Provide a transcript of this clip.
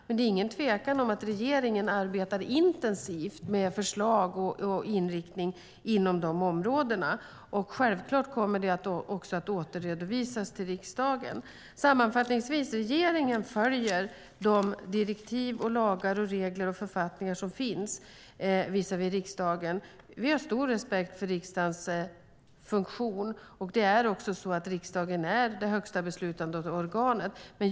Men det är ingen tvekan om att regeringen arbetar intensivt med förslag och inriktning inom de områdena. Självklart kommer det också att återredovisas till riksdagen. Sammanfattningsvis: Regeringen följer de direktiv, lagar, regler och författningar som beslutats av riksdagen. Vi har stor respekt för riksdagens funktion. Riksdagen är också det högsta beslutande organet.